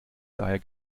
daher